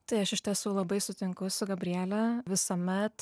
tai aš iš tiesų labai sutinku su gabriele visuomet